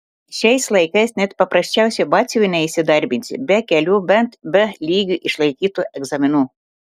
šiais laikais net paprasčiausiu batsiuviu neįsidarbinsi be kelių bent b lygiu išlaikytų egzaminų